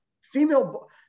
female